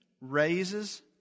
raises